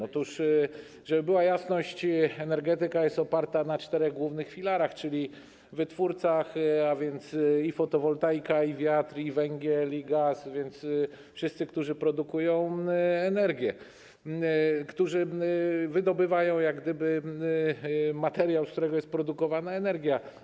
Otóż, żeby była jasność, energetyka jest oparta na czterech głównych filarach czyli wytwórcach, a więc i fotowoltaika, i wiatr, i węgiel i gaz, więc wszyscy, którzy produkują energię, którzy wydobywają materiał, z którego jest produkowana energia.